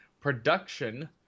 production